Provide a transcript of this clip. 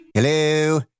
Hello